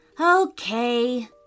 Okay